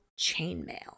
chainmail